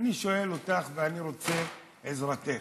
אני שואל אותך ואני רוצה עזרתך.